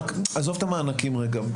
עזוב את המענקים רגע,